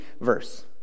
verse